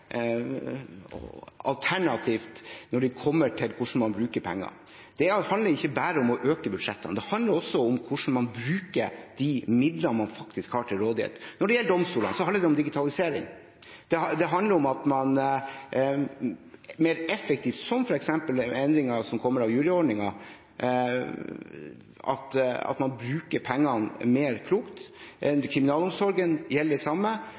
alternativt når det kommer til hvordan man bruker penger. Det handler ikke bare om å øke budsjettene. Det handler også om hvordan man bruker de midlene man faktisk har til rådighet. Når det gjelder domstolene, handler det om digitalisering. Det handler om at man er mer effektiv, som f.eks. med endringen som ble gjort med juryordningen, og at man bruker pengene klokere. Det gjelder det samme